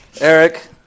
Eric